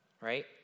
Right